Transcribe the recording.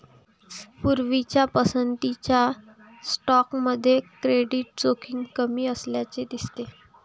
पूर्वीच्या पसंतीच्या स्टॉकमध्ये क्रेडिट जोखीम कमी असल्याचे दिसते